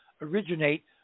originate